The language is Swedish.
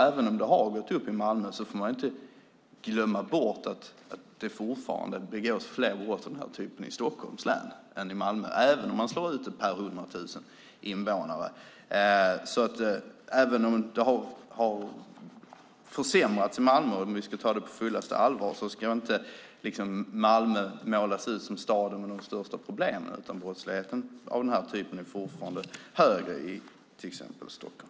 Även om det har ökat i Malmö får man inte glömma att det fortfarande begås fler brott av denna typ i Stockholms län, också om man slår ut det per 100 000 invånare. Även om det har försämrats i Malmö, och det ska tas på fullaste allvar, ska inte Malmö målas upp som staden med de största problemen. Brottslighet av denna typ är fortfarande större i Stockholm.